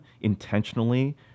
intentionally